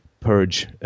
purge